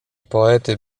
poety